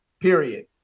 Period